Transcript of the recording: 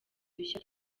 dushya